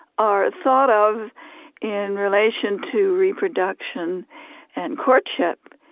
are thought of in relation to reproduction and courtship.